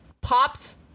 Pops